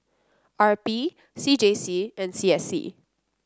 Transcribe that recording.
R P C J C and C S C